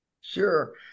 Sure